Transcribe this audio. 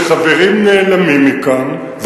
שחברים נעלמים מכאן,